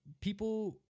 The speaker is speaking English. people